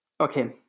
okay